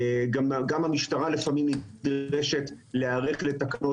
גם המשטרה לפעמים נדרשת להיערך לתקנות